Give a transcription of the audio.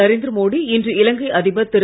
நரேந்திர மோடி இன்று இலங்கை அதிபர் திரு